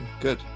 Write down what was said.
good